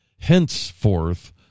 Henceforth